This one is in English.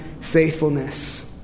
faithfulness